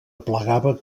aplegava